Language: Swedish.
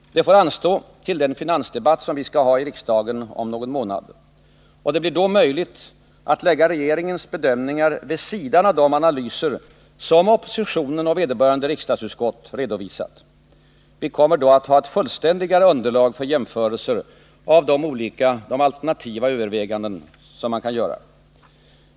Detta får anstå till den finansdebatt vi skall ha i riksdagen om någon månad. Det blir då möjligt att lägga regeringens bedömningar vid sidan av de analyser som oppositionen och vederbörande riksdagsutskott redovisat. Vi kommer då att ha ett fullständigare underlag för jämförelser av de alternativa överväganden som man kan göra.